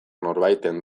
norbaiten